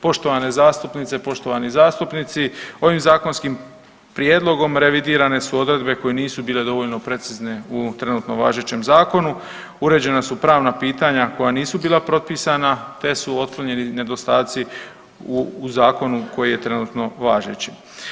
Poštovane zastupnice, poštovani zastupnici ovim zakonskim prijedlogom revidirane su odredbe koje nisu bile dovoljno precizne u ovom trenutno važećem zakonu, uređena su pravna pitanja koja nisu bila propisana te su otklonjeni nedostaci u zakonu koji je trenutno važeći.